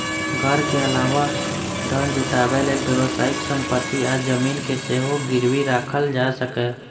घर के अलावा धन जुटाबै लेल व्यावसायिक संपत्ति आ जमीन कें सेहो गिरबी राखल जा सकैए